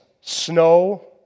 snow